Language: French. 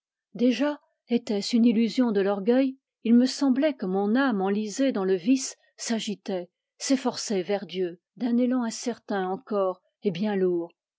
déjà était-ce une illusion de l'orgueil il me semblait que mon âme enlisée dans le vice s'agitait s'efforçait vers dieu d'un élan incertain encore et bien lourd